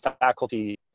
faculty